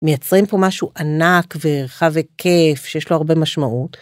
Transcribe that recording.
מייצרים פה משהו ענק ורחב היקף, שיש לו הרבה משמעות.